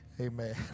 Amen